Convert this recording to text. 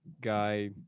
guy